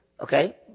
Okay